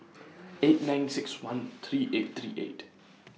eight nine six one three eight three eight